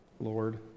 Lord